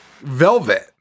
Velvet